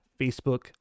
Facebook